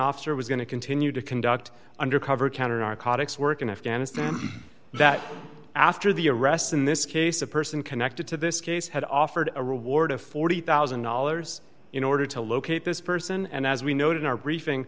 officer was going to continue to conduct undercover counter narcotics work in afghanistan that after the arrest in this case a person connected to this case had offered a reward of forty thousand dollars in order to locate this person and as we noted in our briefing